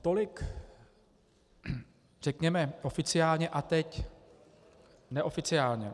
Tolik řekněme oficiálně a teď neoficiálně.